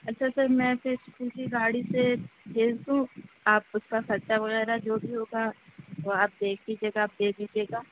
اچھا سر میں پھر اسکول کی گاڑی سے بھیج دوں آپ اس کا خرچا وغیرہ جو بھی ہوگا وہ آپ دیکھ لیجیے گا دے دیجیے گا